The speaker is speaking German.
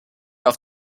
auf